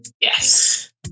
Yes